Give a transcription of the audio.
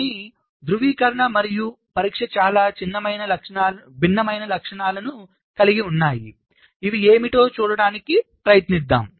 కానీ ధృవీకరణ మరియు పరీక్ష చాలా భిన్నమైన లక్ష్యాలను కలిగి ఉన్నాయి ఇవి ఏమిటో చూడటానికి ప్రయత్నిద్దాం